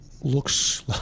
looks